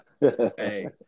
hey